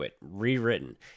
rewritten